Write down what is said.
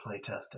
playtesting